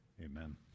Amen